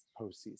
postseason